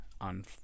on